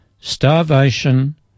starvation